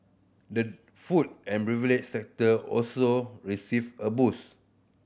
the food and beverage sector also received a boost